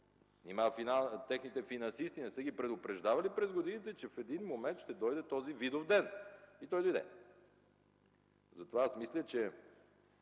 Нима техните финансисти не са ги предупреждавали през годините, че в един момент ще дойде този Видовден? И той дойде. Мисля, че